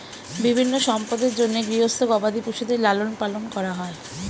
বিভিন্ন সম্পদের জন্যে গৃহস্থ গবাদি পশুদের লালন পালন করা হয়